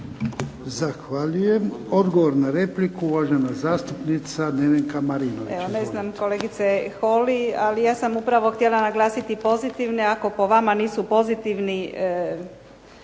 Zahvaljujem. Odgovor na repliku, uvažena zastupnica Nevenka Marinović.